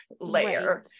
layer